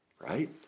right